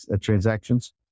transactions